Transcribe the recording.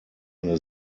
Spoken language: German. eine